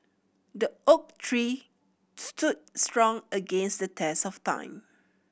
the oak tree stood strong against the test of time